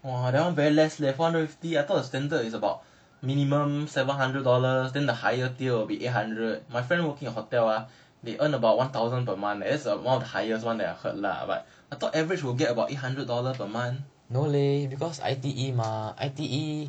!wah! that one very less leh four hundred fifty I thought the standard is about minimum seven hundred dollars then the higher tier will be eight hundred my friend working hotel ah they earn about one thousand per month that's one of the highest [one] that I heard lah but I thought average will get about eight hundred dollars per month